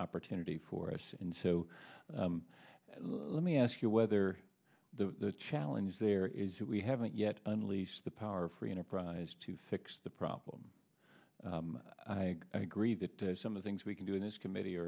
opportunity for us and so let me ask you whether the challenge there is that we haven't yet unleash the power of free enterprise to fix the problem i agree that some of the things we can do in this committee